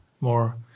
more